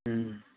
ꯎꯝ